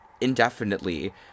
indefinitely